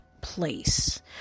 place